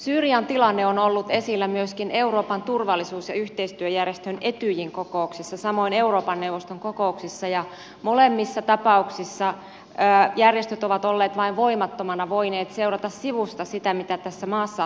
syyrian tilanne on ollut esillä myöskin euroopan turvallisuus ja yhteistyöjärjestö etyjin kokouksissa samoin euroopan neuvoston kokouksissa ja molemmissa tapauksissa järjestöt ovat voineet vain voimattomina seurata sivusta sitä mitä tässä maassa tapahtuu